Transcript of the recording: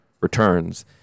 returns